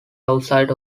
outside